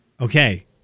Okay